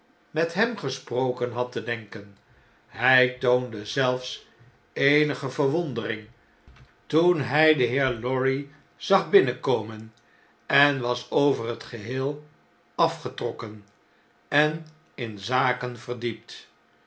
met hem gesproken had te denken hfl toonde zelfs eenige verwondering toen hy den heer lorry zag binnenkomen en was over het geheel afgetrokken en in zaken verdiept